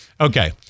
Okay